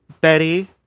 Betty